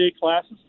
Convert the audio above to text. classes